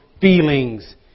feelings